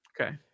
Okay